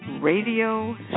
radio